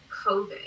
COVID